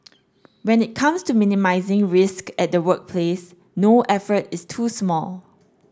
when it comes to minimising risk at the workplace no effort is too small